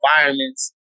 environments